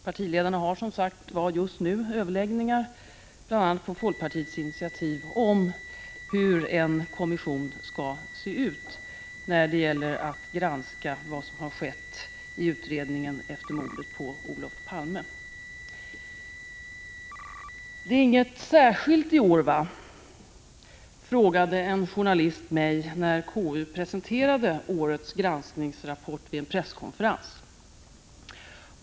Partiledarna har, som nämnts, just nu överläggningar, bl.a. på folkpartiets initiativ, om hur en kommission med uppgift att granska vad som har skett i utredningen efter mordet på Olof Palme skall se ut. ”Det är inget särskilt i år, va?” frågade en journalist mig när konstitutionsutskottet presenterade årets granskningsrapport vid en presskonferens.